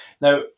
Now